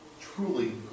truly